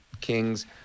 Kings